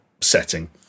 setting